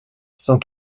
sans